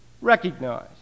recognize